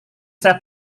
saya